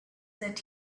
that